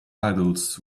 adults